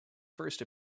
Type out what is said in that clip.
first